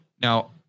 Now